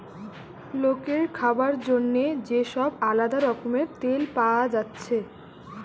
লোকের খাবার জন্যে যে সব আলদা রকমের তেল পায়া যাচ্ছে